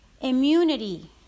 immunity